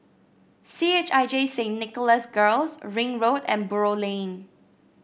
C H I J Saint Nicholas Girls Ring Road and Buroh Lane